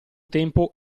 tempo